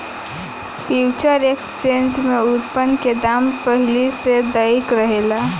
future exchange में उत्पाद के दाम पहिल से तय रहेला